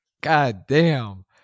goddamn